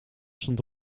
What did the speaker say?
stond